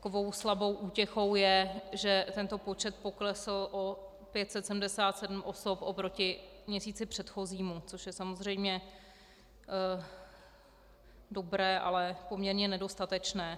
Takovou slabou útěchou je, že tento počet poklesl o 577 osob oproti měsíci předchozímu, což je samozřejmě dobré, ale poměrně nedostatečné.